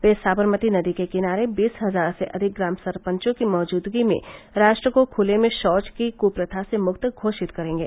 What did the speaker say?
वे साबरमती नदी के किनारे बीस हज़ार से अधिक ग्राम सरपंचों की मैजूदगी में राष्ट्र को खुले में शौच की कुप्रथा से मुक्त घोषत करेंगे